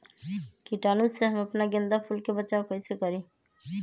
कीटाणु से हम अपना गेंदा फूल के बचाओ कई से करी?